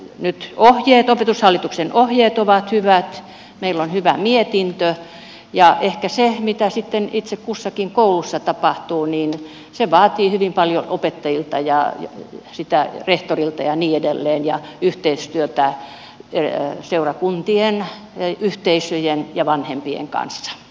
nyt opetushallituksen ohjeet ovat hyvät meillä on hyvä mietintö ja ehkä se mitä sitten itse kussakin koulussa tapahtuu vaatii hyvin paljon opettajilta ja rehtorilta ja niin edelleen ja yhteistyötä seurakuntien yhteisöjen ja vanhempien kanssa